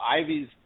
Ivy's